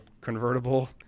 convertible